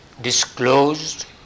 Disclosed